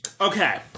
Okay